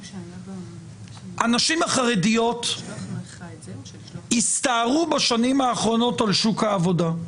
הנשים החרדיות הסתערו בשנים האחרונות על שיעור העבודה.